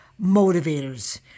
motivators